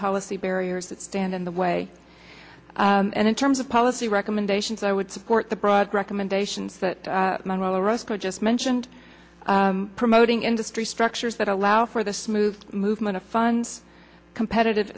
policy barriers that stand in the way and in terms of policy recommendations i would support the broad commendations manuel rosco just mentioned promoting industry structures that allow for this move movement of funds competitive